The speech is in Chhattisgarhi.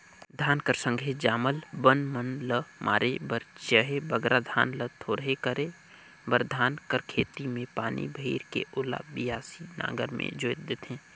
धान कर संघे जामल बन मन ल मारे बर चहे बगरा धान ल थोरहे करे बर धान कर खेत मे पानी भइर के ओला बियासी नांगर मे जोएत देथे